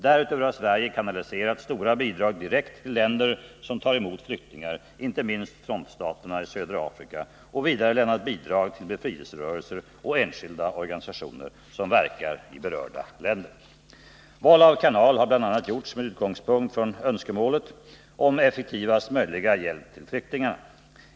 Därutöver har Sverige kanaliserat stora bidrag direkt till länder som tar emot flyktingar, inte minst frontstaterna i södra Afrika, och vidare lämnat bidrag till befrielserörelser och enskilda organisationer som verkar i berörda länder. Val av kanal har bl.a. gjorts med utgångspunkt i önskemålet om effektivaste möjliga hjälp till flyktingarna.